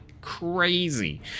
Crazy